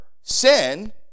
sin